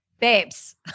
Babes